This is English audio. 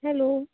hello